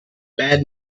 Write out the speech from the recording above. bad